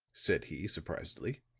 said he surprisedly,